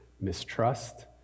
mistrust